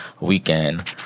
weekend